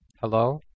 Hello